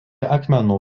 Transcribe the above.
akmenų